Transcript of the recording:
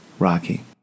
Rocky